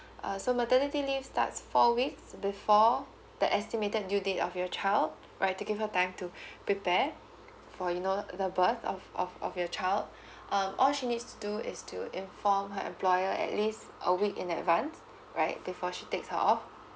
uh so maternity leave starts four weeks before the estimated due date of your child right to give her time to prepare for you know the birth of of of your child um all she needs to do is to inform her employer at least a week in advance right before she takes her off